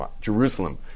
Jerusalem